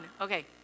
okay